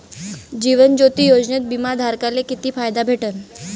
जीवन ज्योती योजनेत बिमा धारकाले किती फायदा भेटन?